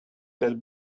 that